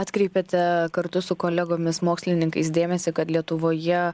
atkreipėte kartu su kolegomis mokslininkais dėmesį kad lietuvoje